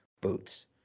boots